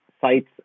sites